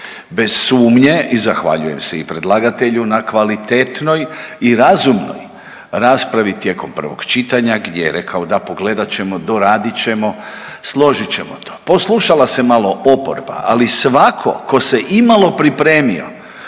Bez sumnje i zahvaljujem se i predlagatelju na kvalitetnoj i razumnoj raspravi tijekom prvog čitanja gdje je rekao, da, pogledat ćemo, doradit ćemo, složit ćemo to. Poslušala se malo oporba, ali svatko tko se imalo pripremio